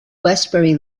westbury